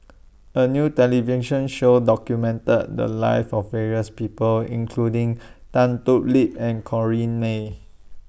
A New television Show documented The Lives of various People including Tan Thoon Lip and Corrinne May